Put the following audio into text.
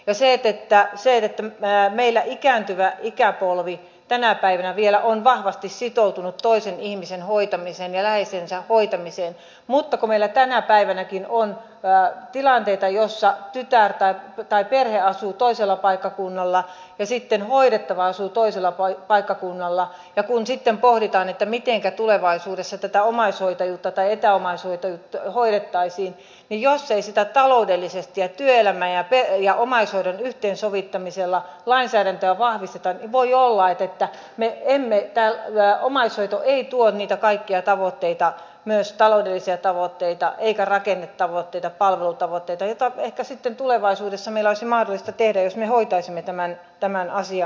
ei se että sen että mää meillä ikääntyvä ikäpolvi tänä päivänä vielä on vahvasti sitoutunut toisen ihmisen hoitamiseen ja läheisensä hoitamiseen mutta kun meillä tänä päivänäkin on tilanteita joissa tytär tai perhe asuu toisella paikkakunnalla ja sitten hoidettava asuu toisella paikkakunnalla ja kun sitten pohditaan mitenkä tulevaisuudessa tätä omaishoitajuutta tai etäomaishoitajuutta hoidettaisiin niin jos ei sitä työelämän ja omaishoidon yhteensovittamista taloudellisesti ja lainsäädännöllä vahvisteta niin voi olla että omaishoito ei tuo niitä kaikkia tavoitteita ei myöskään taloudellisia tavoitteita rakennetavoitteita eikä palvelutavoitteita joihin ehkä sitten tulevaisuudessa meillä olisi mahdollisuus jos me hoitaisimme tämän asian kunnolla